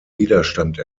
widerstand